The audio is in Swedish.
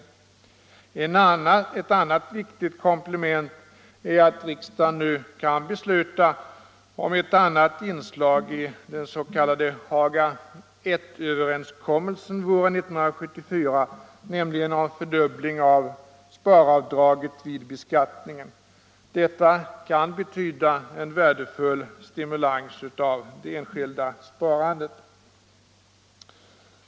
Ytterligare ett viktigt komplement är att riksdagen nu kan besluta om ett annat inslag i den s.k. Haga I-överenskommelsen våren 1974, nämligen om fördubbling av sparavdraget vid beskattningen. Detta kan betyda en värdefull stimulans av det enskilda sparandet.